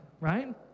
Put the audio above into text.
right